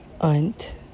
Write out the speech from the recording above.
aunt